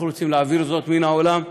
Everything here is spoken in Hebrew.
אנחנו רוצים להעביר זאת מן העולם,